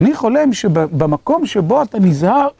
אני חולם שבמקום שבו אתה נזהר...